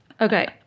Okay